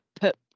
Put